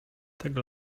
tego